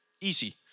Easy